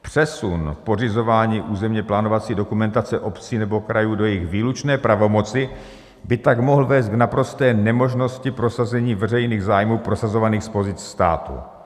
Přesun pořizování územněplánovací dokumentace obcí nebo krajů do jejich výlučné pravomoci by tak mohl vést k naprosté nemožnosti prosazení veřejných zájmů, prosazovaných z pozic státu.